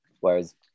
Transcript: Whereas